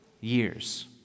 Years